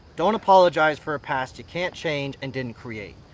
don't apologise for a past you can't change, and didn't create.